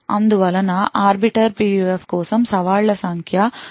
అందువలన arbiter PUF కోసం సవాళ్ల సంఖ్య 2N